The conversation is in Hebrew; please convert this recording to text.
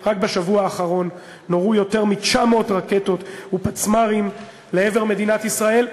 רק בשבוע האחרון נורו יותר מ-900 רקטות ופצמ"רים לעבר מדינת ישראל,